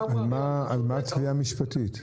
ואמרה --- על מה תביעה משפטית?